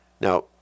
Now